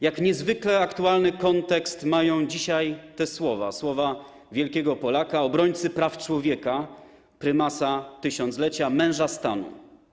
Jak niezwykle aktualny kontekst mają dzisiaj te słowa, słowa wielkiego Polaka, obrońcy praw człowieka, Prymasa Tysiąclecia, męża stanu.